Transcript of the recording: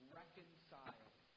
reconciled